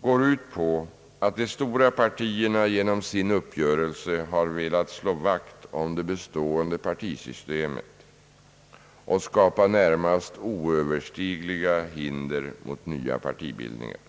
går ut på att de stora partierna genom sin uppgörelse har velat slå vakt om det bestående partisystemet och skapa närmast oöverstigliga hinder mot nya partibildningar.